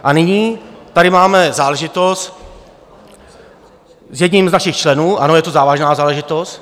A nyní tady máme záležitost s jedním z našich členů, ano, je to závažná záležitost.